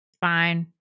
Fine